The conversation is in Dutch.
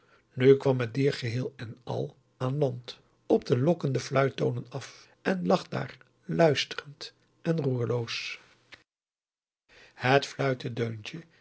nu kwam het dier geheel en al aan land op de lokkende fluittonen af en lag daar luisterend en roerloos het fluitedeuntje